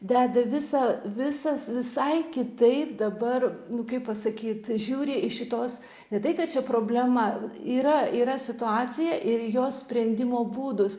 deda visą visas visai kitaip dabar nu kaip pasakyt žiūri iš šitos ne tai kad čia problema yra yra situacija ir jos sprendimo būdus